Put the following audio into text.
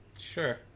Sure